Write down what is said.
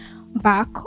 back